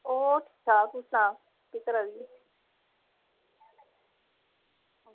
होर सना तूं सना केह् करा दी